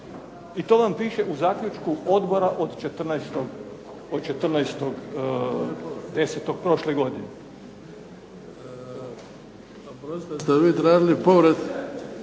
I to vam piše u zaključku odbora od 14.10. prošle godine.